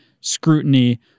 scrutiny